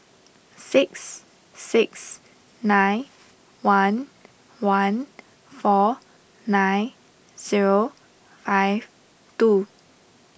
six six nine one one four nine zero five two